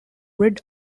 red